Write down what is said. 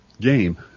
game